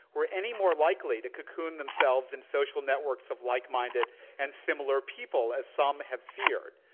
were any more likely to cocoon themselves in social networks of like minded and similar people as some have feared.